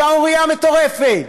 שערורייה מטורפת.